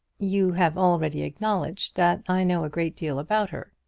you have already acknowledged that i know a great deal about her,